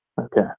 Okay